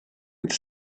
with